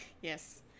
Yes